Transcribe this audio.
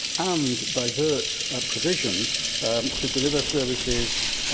and divert provision to deliver services,